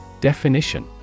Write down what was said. Definition